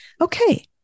Okay